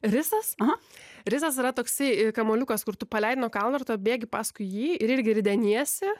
risas aha rizas toksai kamuoliukas kur tu paleidi nuo kalno ir tada bėgi paskui jį ir irgi rideniesi